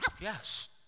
yes